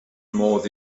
modd